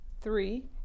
Three